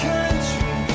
Country